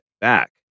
back